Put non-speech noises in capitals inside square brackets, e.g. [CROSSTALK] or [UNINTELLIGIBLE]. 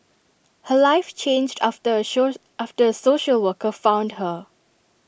her life changed after A [UNINTELLIGIBLE] after A social worker found her